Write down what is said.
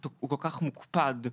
הוא כל כך מוקפד.